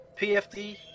PFD